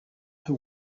who